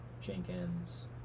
Jenkins